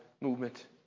Movement